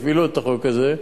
יפעילו את החוק הזה,